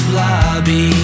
lobby